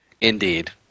Indeed